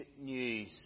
news